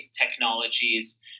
technologies